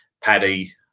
Paddy